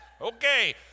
Okay